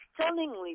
stunningly